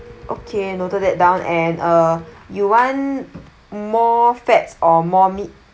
okay noted that down and uh you want more fats or more meat